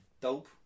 dope